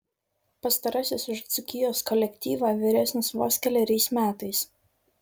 pastarasis už dzūkijos kolektyvą vyresnis vos keleriais metais